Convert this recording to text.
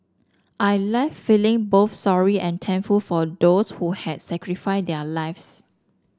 I left feeling both sorry and thankful for those who had sacrificed their lives